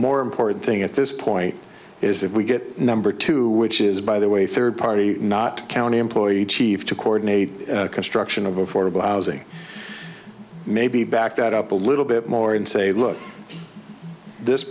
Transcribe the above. more important thing at this point is that we get number two which is by the way third party not county employee chief to coordinate construction of affordable housing maybe back that up a little bit more and say look this